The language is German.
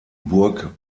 burg